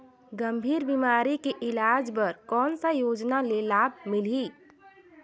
गंभीर बीमारी के इलाज बर कौन सा योजना ले लाभ मिलही?